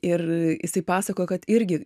ir jisai pasakojo kad irgi